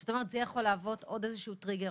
שאת אומרת זה יכול להוות עוד איזשהו טריגר,